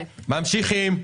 ממשיכים.